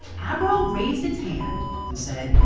abro raised its hand and said,